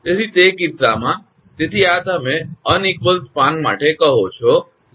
તેથી તે કિસ્સામાં તેથી આ તમે અસમાન સ્પાન માટે કહો છો